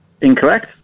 Incorrect